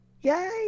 Yay